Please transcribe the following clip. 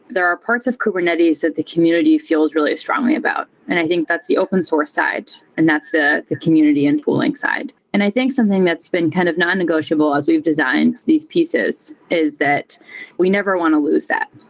there are parts of kubernetes that the community feels really strongly about, and i think that's the open source side and that's the the community and pooling side. and i think something that's been kind of non-negotiable as we've designed these pieces is that we never want to lose that.